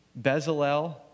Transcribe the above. Bezalel